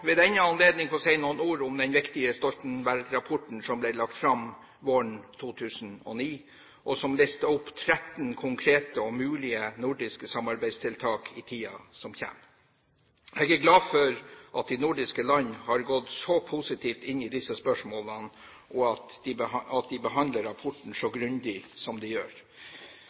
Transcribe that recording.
ved denne anledning få si noen ord om den viktige Stoltenberg-rapporten som ble lagt fram våren 2009, og som lister opp 13 konkrete og mulige nordiske samarbeidstiltak i tiden som kommer. Jeg er glad for at de nordiske land har gått så positivt inn i disse spørsmålene, og at de behandler rapporten så grundig som de gjør.